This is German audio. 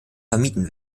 vermieden